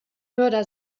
mörder